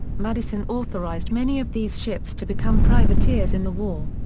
madison authorized many of these ships to become privateers in the war.